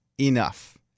Enough